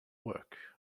work